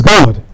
God